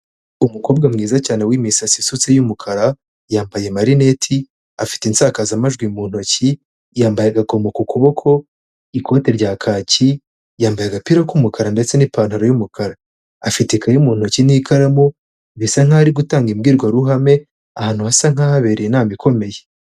Umukobwa mwiza cyane w'imisatsi isutse y'umukara, yambaye amarineti, afite insakazamajwi mu ntoki, yambaye agakomo ku kuboko, ikote rya kaki, yambaye agapira k'umukara ndetse n'ipantaro y'umukara. Afite ikayi mu ntoki n'ikaramu bisa nkaho ari gutanga imbwirwaruhame ahantu hasa nk'ahabereye inama ikomeye.